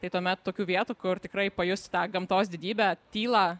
tai tuomet tokių vietų kur tikrai pajusi tą gamtos didybę tylą